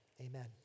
amen